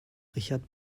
richard